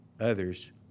others